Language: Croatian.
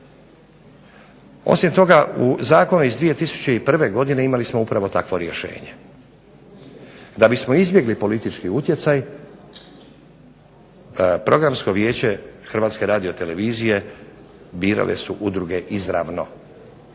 Osim toga u zakon iz 2001. godine imali smo upravo takvo rješenje. Da bismo izbjegli politički utjecaj Programsko vijeće Hrvatske radiotelevizije birale su udruge izravno.